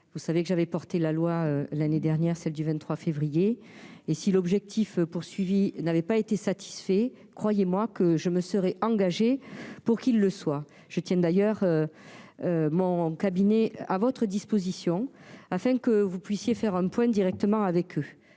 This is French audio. vous savez que j'avais porté la loi l'année dernière, celle du 23 février et si l'objectif poursuivi n'avait pas été satisfait, croyez-moi que je me serais engagé pour qu'ils le soient, je tiens d'ailleurs, mon cabinet à votre disposition afin que vous puissiez faire un point directement avec eux,